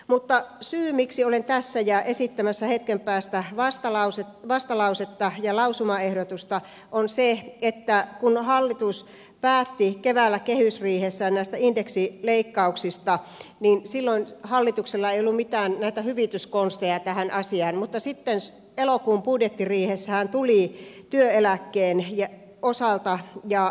mutta syy miksi olen tässä ja esittämässä hetken päästä vastalausetta ja lausumaehdotusta on se että kun hallitus päätti keväällä kehysriihessään näistä indeksileikkauksista silloin hallituksella ei ollut mitään näitä hyvityskonsteja tähän asiaan mutta sitten elokuun budjettiriihessähän tulin työeläkkeen ja osaltaan ja